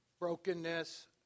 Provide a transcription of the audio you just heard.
brokenness